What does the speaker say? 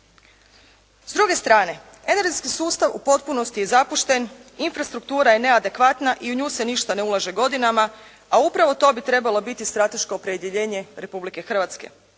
S druge strane, energetski sustav u potpunosti je zapušten, infrastruktura je ne adekvatna i u nju se niša ne ulaže godinama, a upravo to bi trebalo biti strateško opredjeljenje Republike Hrvatske,